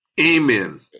Amen